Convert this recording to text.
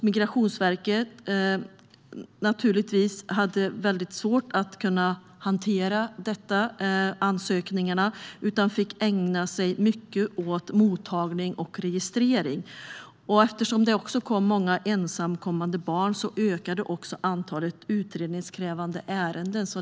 Migrationsverket hade naturligtvis svårt att hantera ansökningarna och fick ägna sig mycket åt mottagning och registrering. Eftersom det kom många ensamkommande barn ökade också antalet utredningskrävande ärenden.